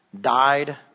died